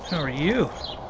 are you?